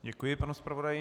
Děkuji panu zpravodaji.